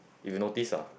if you notice ah